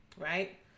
Right